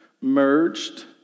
merged